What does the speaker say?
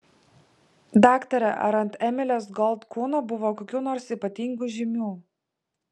daktare ar ant emilės gold kūno buvo kokių nors ypatingų žymių